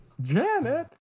Janet